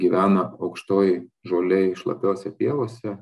gyvena aukštoj žolėj šlapiose pievose